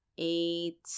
eight